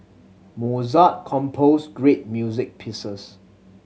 Mozart composed great music pieces